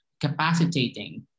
capacitating